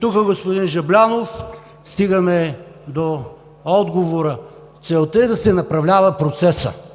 Тук, господин Жаблянов, стигаме до отговора – целта е да се направлява процесът.